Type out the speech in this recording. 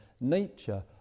nature